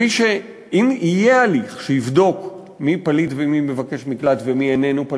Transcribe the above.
שאם יהיה הליך שיבדוק מי פליט ומי מבקש מקלט